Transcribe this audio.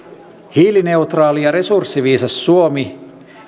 hiilineutraali ja resurssiviisas suomi